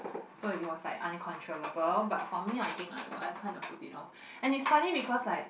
so it was like uncontrollable but for me I think I I kind of put it off and it's funny because like